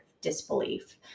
disbelief